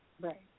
Right